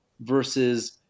versus